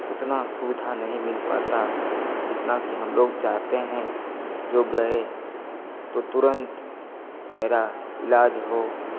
उतना सुविधा नहीं मिल पाता जितना कि हम लोग चाहते हैं जो गएँ तो तुरंत मेरा ईलाज हो